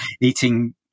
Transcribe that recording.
eating